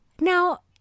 now